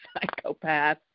psychopath